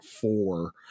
four